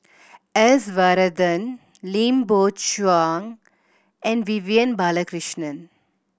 S Varathan Lim Biow Chuan and Vivian Balakrishnan